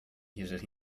jeżeli